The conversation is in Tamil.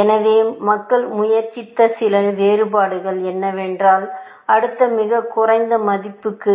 எனவே மக்கள் முயற்சித்த சில வேறுபாடுகள் என்னவென்றால் அடுத்த மிகக் குறைந்த மதிப்புக்கு